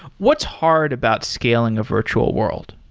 what's hard about scaling a virtual world?